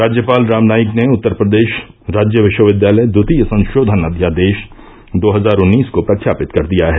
राज्यपाल राम नाईक ने उत्तर प्रदेश राज्य विश्वविद्यालय द्वितीय संशोधन अध्यादेश दो हज़ार उन्नीस को प्रख्यापित कर दिया है